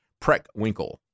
Preckwinkle